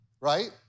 right